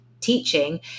teaching